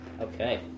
Okay